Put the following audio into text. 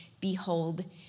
behold